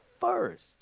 first